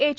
H